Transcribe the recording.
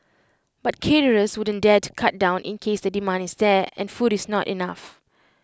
but caterers wouldn't dare to cut down in case the demand is there and food is not enough